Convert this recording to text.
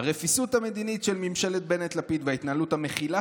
"הרפיסות המדינית של ממשלת בנט-לפיד וההתנהלות המכילה